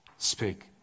speak